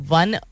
one